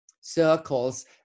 circles